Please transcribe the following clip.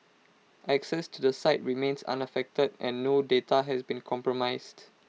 access to the site remains unaffected and no data has been compromised